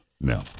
No